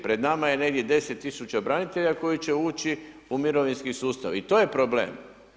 Pred nama je negdje 10 tisuća branitelja koji će ući u mirovinski sustav i to je problem.